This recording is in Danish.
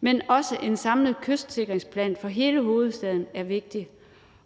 men også en samlet kystsikringsplan for hele hovedstaden er vigtig,